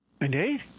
Indeed